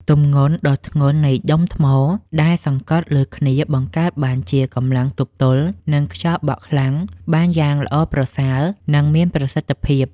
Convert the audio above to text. ទម្ងន់ដ៏ធ្ងន់នៃដុំថ្មដែលសង្កត់លើគ្នាបង្កើតបានជាកម្លាំងទប់ទល់នឹងខ្យល់បក់ខ្លាំងបានយ៉ាងល្អប្រសើរ និង មានប្រសិទ្ធភាព។